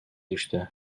düştü